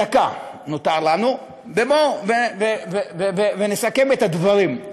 דקה נותרה לנו, ונסכם את הדברים.